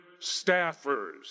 staffers